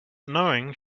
knowing